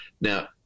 Now